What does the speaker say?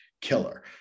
killer